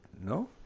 no